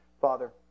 Father